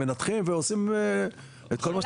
ומנתחים ועושים את כל מה שצריך לעשות.